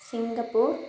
Singapore